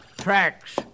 Tracks